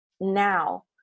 now